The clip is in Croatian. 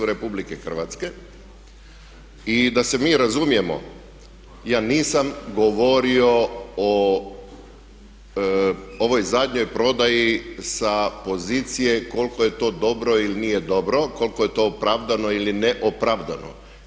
I da se mi razumijemo, ja nisam govorio o ovoj zadnjoj prodaji sa pozicije koliko je to dobro ili nije dobro, koliko je to opravdano ili neopravdano.